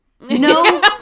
No